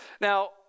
Now